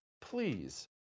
Please